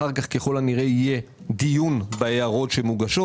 אחר כך, ככל הנראה, יהיה דיון בהערות שמוגשות.